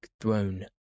throne